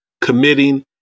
committing